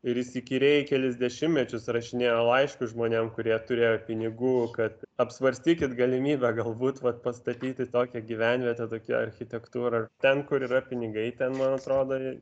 ir jis įkyriai kelis dešimtmečius rašinėjo laiškus žmonėm kurie turėjo pinigų kad apsvarstykit galimybę galbūt vat pastatyti tokią gyvenvietę tokią architektūrą ten kur yra pinigai ten man atrodo